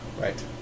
right